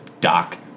doc